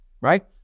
right